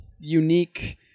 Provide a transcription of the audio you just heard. unique